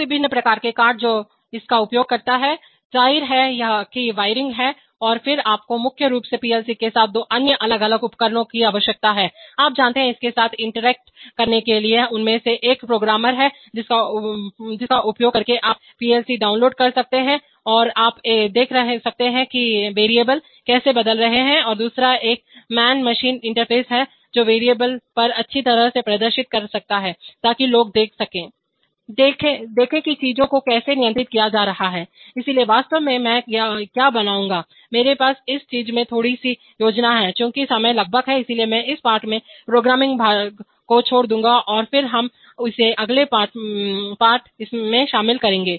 तो विभिन्न प्रकार के कार्ड जो इसका उपयोग करता है जाहिर है कि वायरिंग है और फिर आपको मुख्य रूप से PLC के साथ दो अन्य अलग अलग उपकरणों की आवश्यकता है आप जानते हैं इसके साथ इंटरेक्ट करने के लिए उनमें से एक प्रोग्रामर है जिसका उपयोग करके आप पीएलसी डाउनलोड कर सकते हैं या आप देख सकते हैं वेरिएबल कैसे बदल रहे हैं और दूसरा एक मैन मशीन इंटरफ़ेस है जो वेरिएबल पर अच्छी तरह से प्रदर्शित कर सकता है ताकि लोग देख सकें देखें कि चीजों को कैसे नियंत्रित किया जा रहा है इसलिए वास्तव में मैं क्या बनाऊंगा मेरे पास इस चीज़ में थोड़ी सी योजना है चूंकि समय लगभग है इसलिए मैं इस पाठ में प्रोग्रामिंग भाग को छोड़ दूंगा और फिर हम इसे अगले पाठ इसमें शामिल करेंगे